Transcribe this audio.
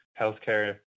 healthcare